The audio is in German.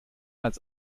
als